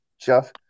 Jeff